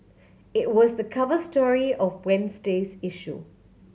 it was the cover story of Wednesday's issue